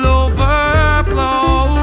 overflow